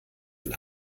ein